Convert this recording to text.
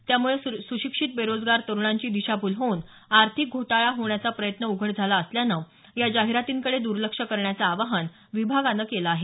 त्यामुळे सुशिक्षित बेरोजगार तरुणांची दिशाभूल होऊन आर्थिक घोटाळा होण्याचा प्रयत्न उघड झाला असल्यानं या जाहिरातीकडे दर्लक्ष करण्याचं आवाहन विभागानं केलं आहे